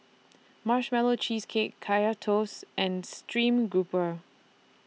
Marshmallow Cheesecake Kaya Toast and Stream Grouper